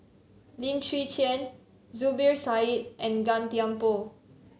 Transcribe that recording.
Lim Chwee Chian Zubir Said and Gan Thiam Poh